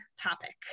topic